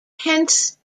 hence